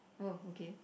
oh okay